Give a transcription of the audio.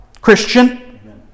Christian